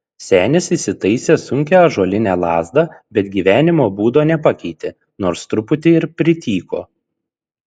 senis įsitaisė sunkią ąžuolinę lazdą bet gyvenimo būdo nepakeitė nors truputį ir prityko